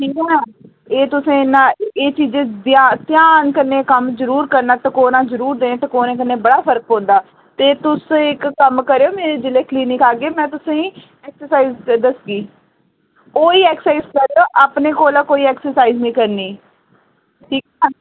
एह तुसें इन्ना एह चीजें ध्या ध्यान कन्नै कम्म जरूर करना टकोरां जरूर देन टकोरें कन्नै बड़ा फर्क पौंदा ते तुस इक कम्म करेओ मेरे जिसलै क्लिनिक आह्गे मैं तुसेंगी ऐक्सरसाइज दसगी उ'यै ऐक्सरसाइज करेओ अपने कोला कोई ऐक्सरसाइज निं करनी ठीक ऐ